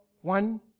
One